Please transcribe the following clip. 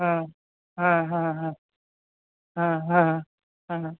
অঁ অঁ অঁ অঁ অঁ অঁ অঁ